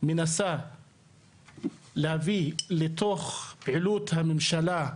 מנסה להביא לתוך פעילות הממשלה,